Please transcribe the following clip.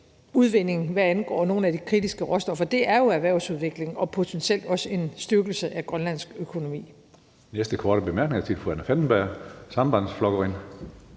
hvad angår nogle af de kritiske råstoffer. Det er jo erhvervsudvikling og potentielt også en styrkelse af grønlandsk økonomi.